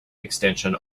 extension